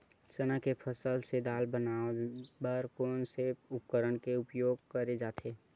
चना के फसल से दाल बनाये बर कोन से उपकरण के उपयोग करे जाथे?